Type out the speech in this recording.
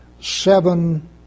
seven